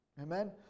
Amen